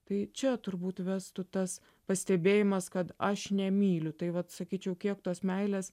tai čia turbūt vestų tas pastebėjimas kad aš nemyliu tai vat sakyčiau kiek tos meilės